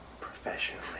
professionally